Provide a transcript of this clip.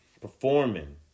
performing